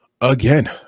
again